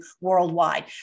worldwide